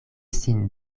sin